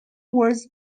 was